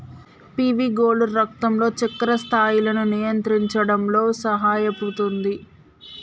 PV gourd రక్తంలో చక్కెర స్థాయిలను నియంత్రించడంలో సహాయపుతుంది